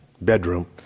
bedroom